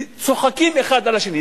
צוחקים על השני?